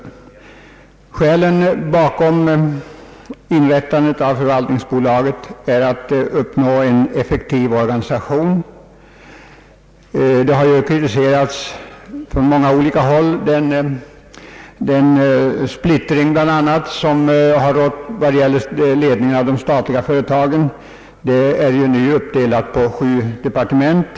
Ett av skälen bakom inrättandet av förvaltningsbolaget är att uppnå en effektiv organisation. Den splittring etc. som rått beträffande ledningen av de statliga företagen har kritiserats från många håll. Dessa företag är nu uppdelade på sju departement.